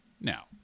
now